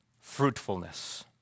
fruitfulness